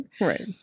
Right